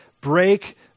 break